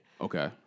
Okay